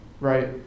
right